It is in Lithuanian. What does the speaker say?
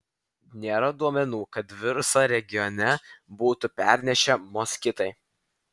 nėra duomenų kad virusą regione būtų pernešę moskitai